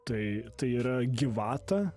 tai yra gyvata